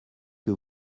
que